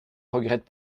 regrette